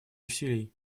усилий